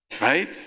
Right